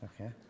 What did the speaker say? Okay